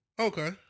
Okay